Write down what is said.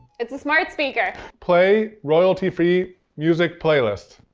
it's a smart speaker. play royalty-free music playlist.